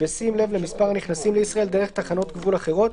בשים לב למספר הנכנסים לישראל דרך תחנות גבול אחרות,